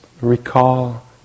recall